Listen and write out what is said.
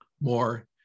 More